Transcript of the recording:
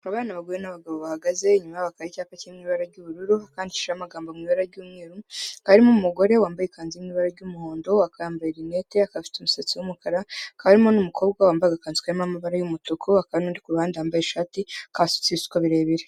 Aba ni abagore n'abagabo bahagaze, inyuma yabo habaka icyapa kiri mu ibara ry'ubururu, handikishijeho amagambo mu ibara ry'umweru, hakaba harimo umugore wambaye ikanzu iri mu ibara ry'umuhondo, akaba yambaye rinete, akaba afite umusatsi w'umukara, hakaba harimo n'umukobwa wambaye agakanzu karimo amabara y'umutuku, hakaba n'undi ku ruhande wambaye ishati, akaba asutse ibisuko birebire.